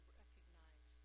recognize